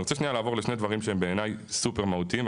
אני רוצה שנייה לעבור לשני דברים שהם בעיניי סופר מהותיים,